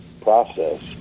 process